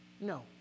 No